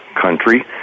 country